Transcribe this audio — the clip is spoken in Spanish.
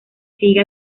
sigue